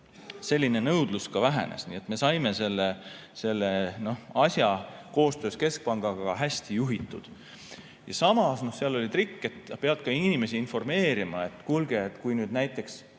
selline nõudlus ka vähenes. Nii et me saime selle asja koostöös keskpangaga hästi juhitud. Samas, seal oli trikk, et peab ka inimesi informeerima, et kuulge, kui näiteks